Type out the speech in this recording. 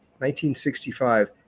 1965